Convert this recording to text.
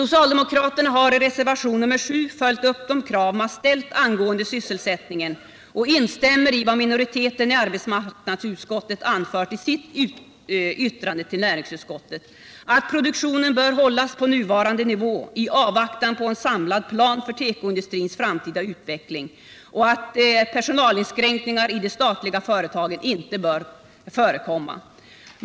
Socialdemokraterna har i reservationen 7 följt upp de krav man ställt angående sysselsättningen och instämmer i vad minoriteten i arbetsmarknadsutskottet anfört i sitt yttrande till näringsutskottet, nämligen att produktionen bör hållas på nuvarande nivå i avvaktan på en samlad plan för tekoindustrins framtida utveckling och att personalinskränkningar i de statliga företagen inte bör förekomma.